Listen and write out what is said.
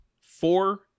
Four